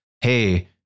Hey